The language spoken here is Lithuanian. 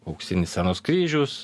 auksinis scenos kryžius